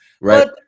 right